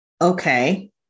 Okay